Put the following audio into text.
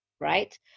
right